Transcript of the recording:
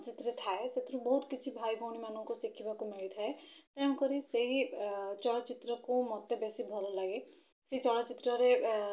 ସେଥିରେ ଥାଏ ସେଥିରୁ ବହୁତ କିଛି ଭାଇ ଭଉଣୀମାନଙ୍କୁ ଶିଖିବାକୁ ମିଳିଥାଏ ତେଣୁ କରି ସେହି ଚଳଚ୍ଚିତ୍ରକୁ ମୋତେ ବେଶୀ ଭଲ ଲାଗେ ସେହି ଚଳଚିତ୍ରରେ